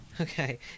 Okay